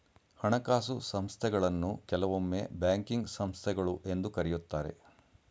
ಹಣಕಾಸು ಸಂಸ್ಥೆಗಳನ್ನು ಕೆಲವೊಮ್ಮೆ ಬ್ಯಾಂಕಿಂಗ್ ಸಂಸ್ಥೆಗಳು ಎಂದು ಕರೆಯುತ್ತಾರೆ